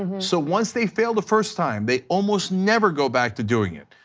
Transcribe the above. ah so once they fail the first time, they almost never go back to doing it,